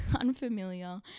unfamiliar